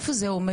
איפה זה עומד?